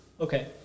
Okay